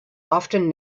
often